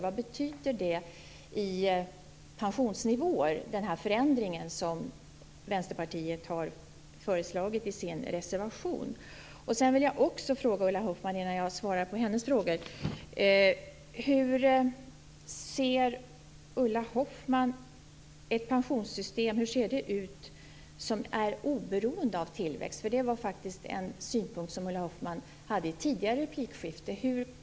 Vad betyder den förändring som Vänsterpartiet har föreslagit i sin reservation i pensionsnivåer? Jag vill fråga Ulla Hoffmann en sak till innan jag svarar på hennes frågor. Hur ser ett pensionssystem ut som är oberoende av tillväxt? Det var en synpunkt som hon lade fram i ett tidigare replikskifte.